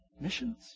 Missions